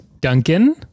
Duncan